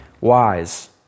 wise